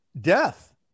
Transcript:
death